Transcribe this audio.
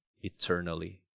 eternally